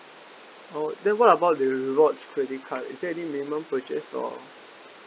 orh then what about the rewards credit card is there any minimum purchase or